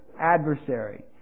adversary